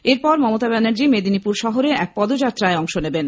এরপর মমতা ব্যানার্জী মেদিনীপুর শহরে এক পদযাত্রায় অংশ নেবেন